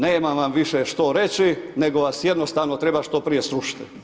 Nemam vam više što reći, nego vas jednostavno treba što prije srušiti.